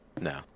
No